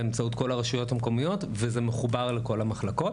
באמצעות כל הרשויות המקומיות וזה מחובר לכל המחלקות.